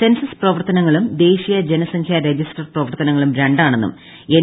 census പ്രവർത്തനങ്ങളും ദേശീയ ജനസംഖ്യ രജിസ്റ്റർ പ്രവർത്തനങ്ങളും രണ്ടാണെന്നും എൻ